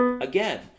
Again